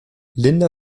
linda